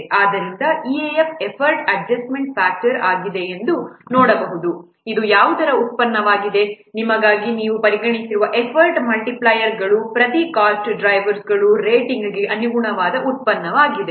ಆದ್ದರಿಂದ ಇಎಎಫ್ ಈ effort adjustment factor ಆಗಿದೆ ಎಂದು ನೀವು ನೋಡಬಹುದು ಇದು ಯಾವುದರ ಉತ್ಪನ್ನವಾಗಿದೆ ನಿಮಗಾಗಿ ನೀವು ಪರಿಗಣಿಸಿರುವ ಎಫರ್ಟ್ ಮಲ್ಟಿಪ್ಲೈಯರ್ಗಳು ಪ್ರತಿ ಕಾಸ್ಟ್ ಡ್ರೈವರ್ಸ್ ರೇಟಿಂಗ್ಗೆ ಅನುಗುಣವಾದ ಉತ್ಪನ್ನವಾಗಿದೆ